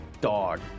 dog